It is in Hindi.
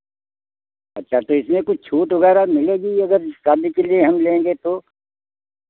अच्छा तो इसमें कुछ छूट वगैरह मिलेगी अगर शादी के लिए हम लेंगे तो